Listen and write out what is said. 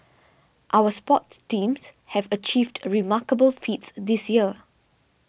our sports teams have achieved remarkable feats this year